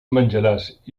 menjaràs